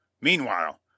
Meanwhile